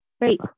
Great